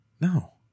no